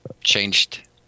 changed